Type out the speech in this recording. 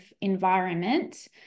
environment